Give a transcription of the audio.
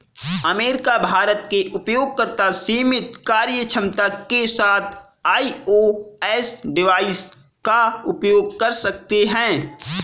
America, Bharat के उपयोगकर्ता सीमित कार्यक्षमता के साथ आई.ओ.एस डिवाइस का उपयोग कर सकते हैं